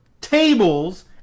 tables